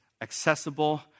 accessible